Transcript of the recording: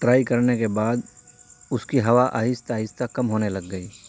try کرنے کے بعد اس کی ہوا آہستہ آہستہ کم ہونے لگ گئی